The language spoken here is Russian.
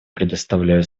предоставляю